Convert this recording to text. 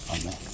Amen